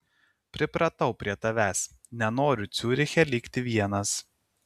pripratau prie tavęs nenoriu ciuriche likti vienas